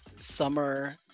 Summer